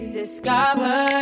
discover